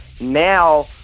Now